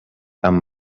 amb